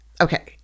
Okay